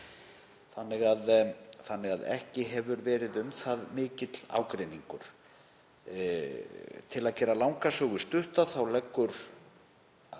þannig að ekki hefur verið um það mikill ágreiningur. Til að gera langa sögu stutta þá leggur